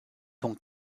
ton